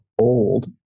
old